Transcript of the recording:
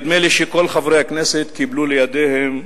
נדמה לי שכל חברי הכנסת קיבלו לידיהם,